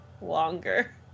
longer